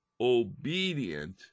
obedient